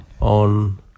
on